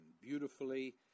beautifully